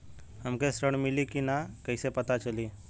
हमके ऋण मिली कि ना कैसे पता चली?